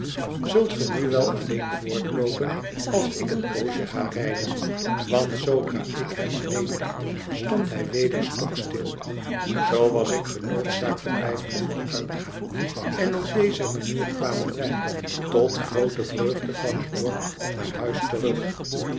zult ge nu wel alleen voortloopen als ik een poosje ga rijden want zoodra ik hem alleen liet stond hij weder stokstil zoo was ik genoodzaakt te blijven vooruitgaan en op deze manier kwamen wij tot groote vreugde van het dorp naar huis terug